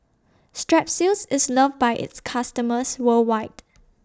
Strepsils IS loved By its customers worldwide